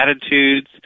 attitudes